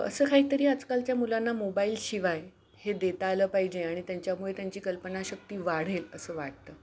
असं काहीतरी आजकालच्या मुलांना मोबाईलशिवाय हे देता आलं पाहिजे आणि त्यांच्यामुळे त्यांची कल्पनाशक्ती वाढेल असं वाटतं